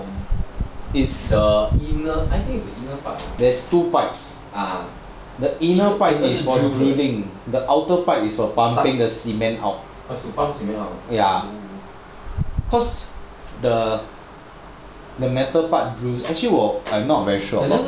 it's a inner par~ I think it's an inner part